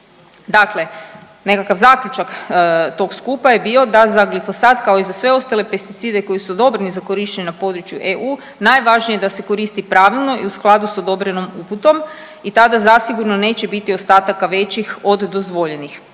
Dakle, nekakav zaključak tog skupa da za glifosat kao i za sve ostale pesticide koji su odobreni za korištenje na području EU najvažnije da se koristi pravilno i u skladu s odobrenom uputom i tada zasigurno neće biti ostataka većih od dozvoljenih.